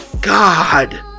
God